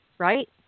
Right